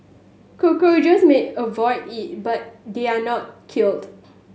cockroaches may avoid it but they are not killed